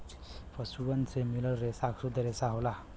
पसुअन से मिलल रेसा सुद्ध रेसा होला